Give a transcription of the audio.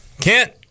Kent